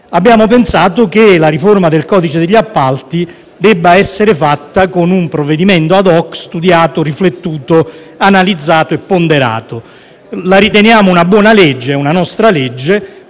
Abbiamo pensato che la riforma del codice degli appalti dovesse essere fatta con un provvedimento *ad hoc* studiato, riflettuto, analizzato e ponderato. La riteniamo una buona legge, una nostra legge,